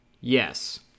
Yes